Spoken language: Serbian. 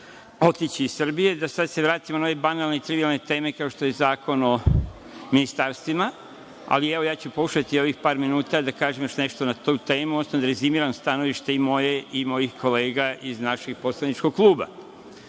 otići iz Srbije. Da se sad vratimo na ove banalne i trivijalne teme kao što je Zakon o ministarstvima. Evo, ja ću pokušati u ovih par minuta da kažem još nešto na tu temu, odnosno da rezimiram stanovište i moje i mojih kolega iz našeg poslaničkog kluba. Dakle,